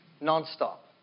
non-stop